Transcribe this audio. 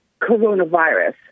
coronavirus